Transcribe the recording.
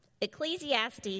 Ecclesiastes